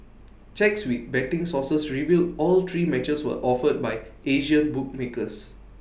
checks with betting sources revealed all three matches were offered by Asian bookmakers